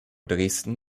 dresden